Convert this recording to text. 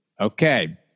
Okay